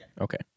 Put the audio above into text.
Okay